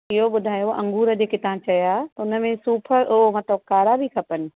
इहो ॿुधायो अंगूरु जेके था चया त हुन में सूफ़ हुओ मतिलबु कारा बि खपनि